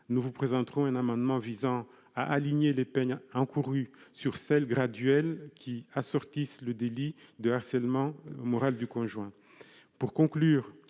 nous vous présenterons un amendement visant à aligner les peines encourues sur les peines graduelles qui répriment le délit de harcèlement moral du conjoint.